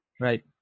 Right